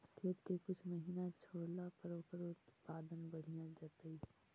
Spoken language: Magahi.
खेत के कुछ महिना छोड़ला पर ओकर उत्पादन बढ़िया जैतइ?